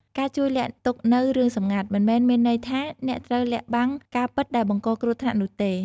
ការជួយលាក់ទុកនូវរឿងសម្ងាត់ មិនមែនមានន័យថាអ្នកត្រូវលាក់បាំងការពិតដែលបង្កគ្រោះថ្នាក់នោះទេ។